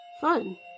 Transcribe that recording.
fun